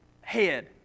head